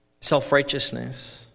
Self-righteousness